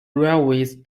railways